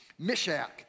Mishak